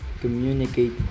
communicate